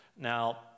Now